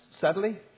sadly